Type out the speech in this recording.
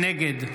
נגד